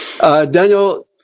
Daniel